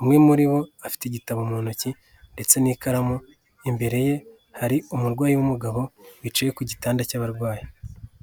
umwe muri bo afite igitabo mu ntoki ndetse n'ikaramu imbere ye hari umurwayi w'umugabo wicaye ku gitanda cy'abarwayi.